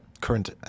current